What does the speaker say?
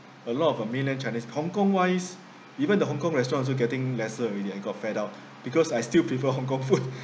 a lot of uh mainland chinese hong kong wise even the hong kong restaurants also getting lesser already I got fed out because I still prefer hong kong food